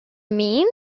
mean